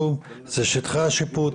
מבחינת הסטטוס התכנוני של שני היישובים,